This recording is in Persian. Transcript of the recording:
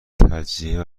تجزیه